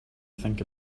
think